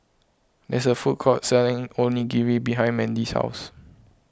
there's a food court selling Onigiri behind Mandy's house